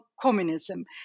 communism